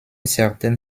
certaine